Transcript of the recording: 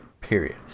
period